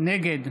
נגד